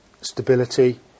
stability